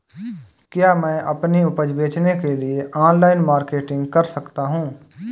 क्या मैं अपनी उपज बेचने के लिए ऑनलाइन मार्केटिंग कर सकता हूँ?